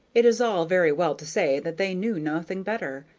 it is all very well to say that they knew nothing better,